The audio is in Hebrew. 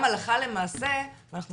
וגם הלכה למעשה, ואנחנו